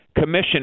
Commission